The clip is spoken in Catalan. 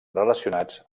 relacionats